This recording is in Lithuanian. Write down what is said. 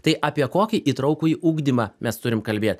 tai apie kokį įtraukųjį ugdymą mes turim kalbėt